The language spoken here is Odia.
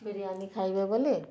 ବିରିୟାନି ଖାଇବେ ବୋଲି